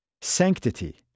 sanctity